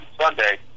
Sunday